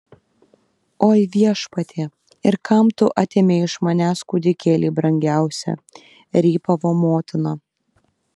oi viešpatie ir kam tu atėmei iš manęs kūdikėlį brangiausią rypavo motina